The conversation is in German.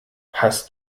hast